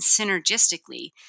synergistically